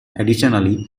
additionally